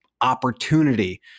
opportunity